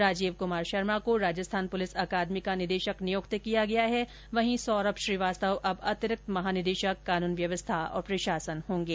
राजीव कुमार शर्मा को Rajasthan police academy का निदेशक नियुक्त किया गया है वहीं सौरभ श्रीवास्तव अब अतिरिक्त महानिदेशक कानून व्यवस्था और प्रशासन होंगे